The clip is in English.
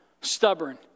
stubborn